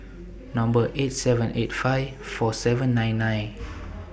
Number eight seven eight five four seven nine nine